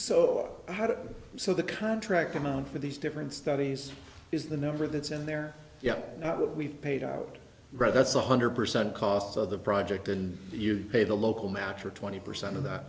it so the contract amount for these different studies is the number that's in there yeah that we've paid out right that's one hundred percent cost of the project and you pay the local matter twenty percent of th